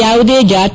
ಯಾವುದೇ ಜಾತಿ